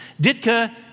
Ditka